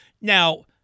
Now